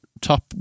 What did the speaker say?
top